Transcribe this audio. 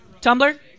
Tumblr